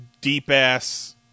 deep-ass